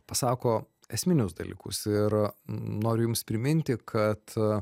pasako esminius dalykus ir noriu jums priminti kad